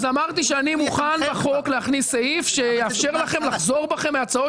אז אמרתי שאני מוכן בחוק להכניס סעיף שיאפשר לכם לחזור בכם מהצעות